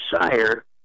sire